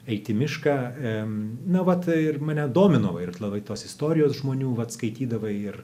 eiti į mišką na vat ir mane domino va ir labai tos istorijos žmonių vat skaitydavai ir